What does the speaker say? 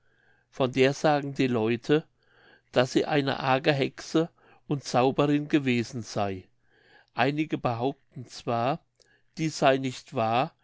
von der sagen die leute daß sie eine arge hexe und zauberin gewesen sey einige behaupten zwar dies sey nicht wahr